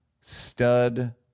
stud